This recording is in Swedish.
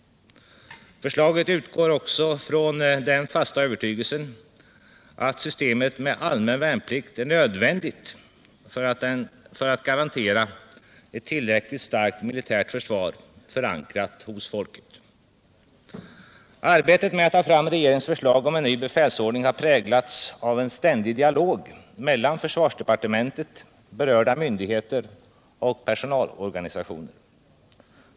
Förslaget utgår också från den fasta övertygelsen att systemet med allmän värnplikt är nödvändigt för att garantera ett tillräckligt starkt militärt försvar förankrat i folket. Arbetet med att ta fram regeringens förslag om en ny befälsordning har präglats av en ständig dialog mellan försvarsdepartementet, berörda myndigheter och personalorganisationer.